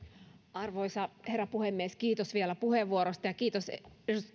arvoisa herra puhemies kiitos vielä puheenvuorosta ja kiitos